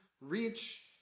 reach